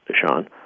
Sean